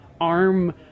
arm